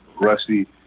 rusty